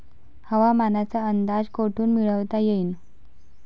हवामानाचा अंदाज कोठून मिळवता येईन?